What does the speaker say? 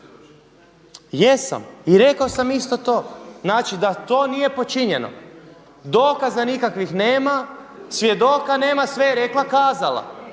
Jesam i rekao sam isto to. Znači da to nije počinjeno. Dokaza nikakvih nema, svjedoka nema, sve je rekla kazala.